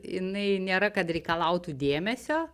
jinai nėra kad reikalautų dėmesio